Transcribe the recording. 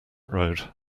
road